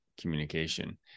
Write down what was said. communication